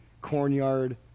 cornyard